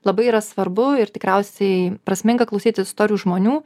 labai yra svarbu ir tikriausiai prasminga klausytis istorijų žmonių